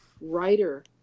writer